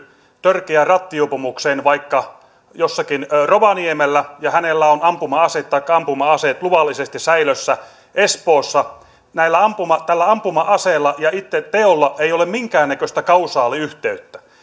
törkeään rattijuopumukseen vaikka jossakin rovaniemellä ja hänellä on ampuma ase taikka ampuma aseet luvallisesti säilössä espoossa niin vaikka tällä ampuma aseella ja itse teolla ei ole minkäännäköistä kausaaliyhteyttä